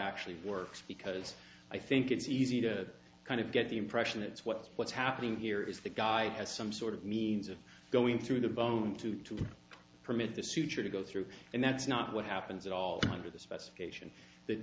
actually works because i think it's easy to kind of get the impression it's what what's happening here is the guy has some sort of means of going through the bone to to permit the suture to go through and that's not what happens at all under the specification th